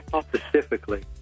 specifically